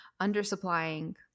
undersupplying